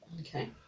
Okay